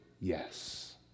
yes